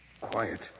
quiet